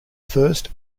first